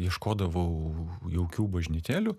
ieškodavau jaukių bažnytėlių